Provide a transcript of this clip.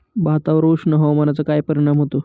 भातावर उष्ण हवामानाचा काय परिणाम होतो?